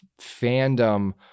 fandom